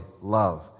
love